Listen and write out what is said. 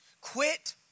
quit